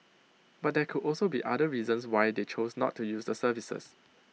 but there could also be other reasons why they choose not to use the services